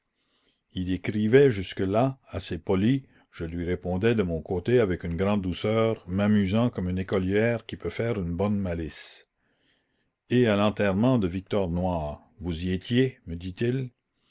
il écrivait jusque-là assez poli je lui répondais de mon côté avec une grande douceur m'amusant comme une écolière qui peut faire une bonne malice et à l'enterrement de victor noir vous y étiez me dit-il